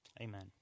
Amen